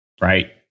Right